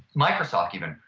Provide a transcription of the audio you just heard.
microsoft even,